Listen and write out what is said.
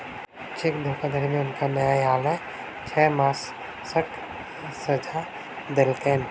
cheque धोखाधड़ी में हुनका न्यायलय छह मासक सजा देलकैन